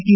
T